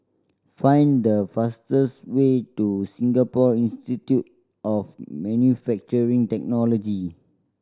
find the fastest way to Singapore Institute of Manufacturing Technology